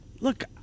Look